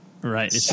right